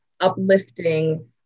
uplifting